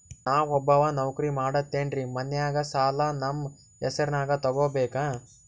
ನಾ ಒಬ್ಬವ ನೌಕ್ರಿ ಮಾಡತೆನ್ರಿ ಮನ್ಯಗ ಸಾಲಾ ನಮ್ ಹೆಸ್ರನ್ಯಾಗ ತೊಗೊಬೇಕ?